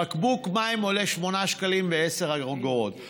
בקבוק מים עולה 8.10 שקלים,